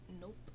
Nope